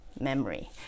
memory